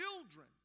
children